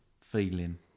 feeling